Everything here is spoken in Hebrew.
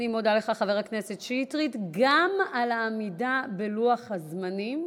חבר הכנסת שטרית, גם על העמידה בלוח הזמנים.